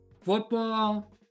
football